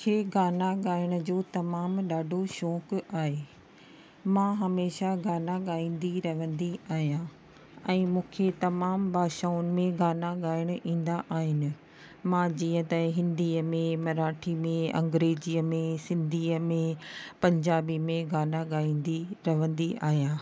मूंखे गाना ॻाइण जो तमामु ॾाढो शौक़ु आहे मां हमेशह गाना गाईंदी रहंदी आहियां ऐं मूंखे तमामु भाषाउनि में गाना ॻाइणु ईंदा आहिनि मां जीअं त हिंदीअ में मराठी में अंग्रेजीअ में सिंधीअ में पंजाबी में गाना ॻाईंदी रहंदी आहियां